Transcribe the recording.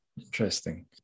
Interesting